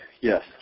Yes